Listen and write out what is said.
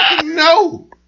no